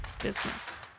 business